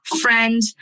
friend